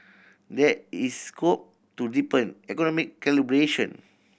there is scope to deepen economic collaboration